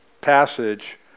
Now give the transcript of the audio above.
passage